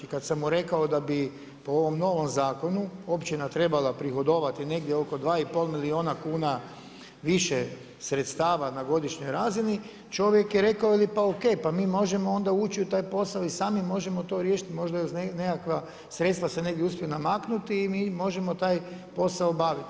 I kada sam mu rekao da bi po ovom novom zakonu općina trebala uprihodovati negdje oko 2,5 milijuna kuna više sredstva na godišnjoj razini, čovjek je rekao, veli pa OK, pa mi možemo onda ući u taj posao i sami možemo to riješiti možda i uz nekakva sredstava se negdje uspiju namaknuti i mi možemo taj posao obaviti.